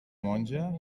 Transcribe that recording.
monja